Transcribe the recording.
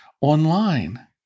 online